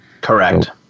Correct